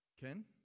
Ken